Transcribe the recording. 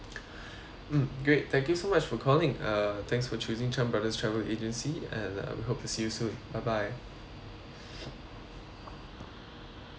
mm great thank you so much for calling uh thanks for choosing chan brothers travel agency and I hope to see you soon bye bye